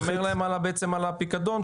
זה שומר להם בעצם על הפקדון.